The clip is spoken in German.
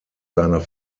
seiner